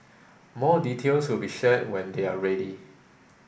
more details will be shared when they are ready